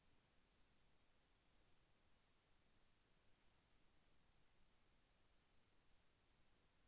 నా యొక్క బ్యాంక్ ఖాతాకి మొబైల్ నంబర్ లింక్ అవ్వలేదు నేను యూ.పీ.ఐ సేవలకు అర్హత కలిగి ఉంటానా?